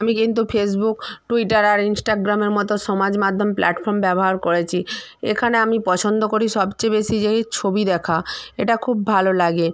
আমি কিন্তু Facebook Twitter আর ইন্সটাগ্রামের মতো সমাজ মাধ্যম প্লাটফর্ম ব্যবহার করেছি এখানে আমি পছন্দ করি সবচেয়ে বেশি যে ছবি দেখা এটা খুব ভালো লাগে